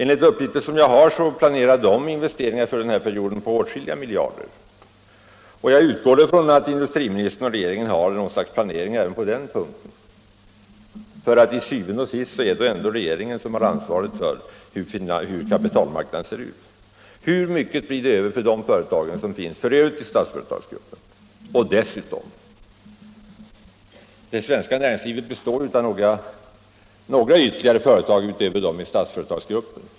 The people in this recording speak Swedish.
Enligt uppgifter jag har planerar de investeringar under den här perioden på åtskilliga miljarder, och jag utgår från att industriministern och regeringen har något slags planering även på den punkten, för til syvende og sidst är det ändå regeringen som har ansvar för hur kapitalmarknaden ser ut. Hur mycket blir det över till andra företag i Statsföretagsgruppen? Och vidare: Det svenska näringslivet består ju av ytterligare några företag, utöver Statsföretagsgruppen.